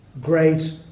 great